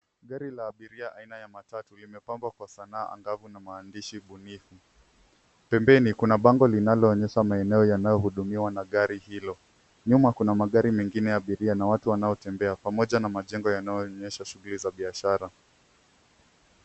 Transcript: Gari la abiria aina ya matatu limepambwa kwa Sanaa angavu na maandishi bunifu. Pembeni kuna bango linaloonyesha maeneo yanayohudumiwa na gari hilo. Nyuma kuna magari mengine ya abiria na watu wanaotembea pamoja na majengo yanayoonyesha shughuli za biashara.